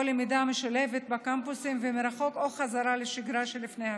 למידה משלבת בקמפוסים ומרחוק או חזרה לשגרה שלפני הקורונה.